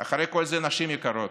נשים יקרות,